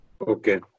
Okay